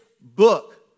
book